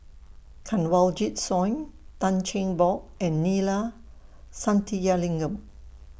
Kanwaljit Soin Tan Cheng Bock and Neila Sathyalingam